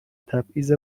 تبعیض